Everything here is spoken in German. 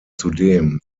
zudem